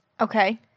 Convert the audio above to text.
Okay